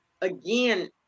again